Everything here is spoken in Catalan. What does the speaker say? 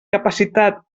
capacitat